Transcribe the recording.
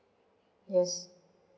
yes